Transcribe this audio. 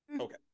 Okay